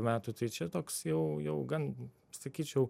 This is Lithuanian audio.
metų tai čia toks jau jau gan sakyčiau